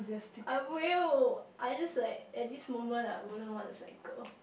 I will I just like at this moment I wouldn't want to cycle